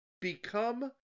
Become